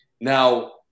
Now